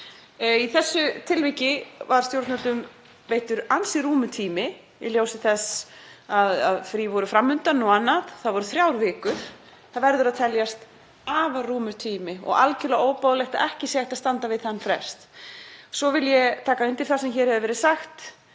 Í þessu tilviki var stjórnvöldum veittur ansi rúmur tími í ljósi þess að frí voru fram undan og annað, það voru þrjár vikur. Það verður að teljast afar rúmur tími og algerlega óboðlegt að ekki sé hægt að standa við þann frest. Svo vil ég taka undir það sem hér hefur verið sagt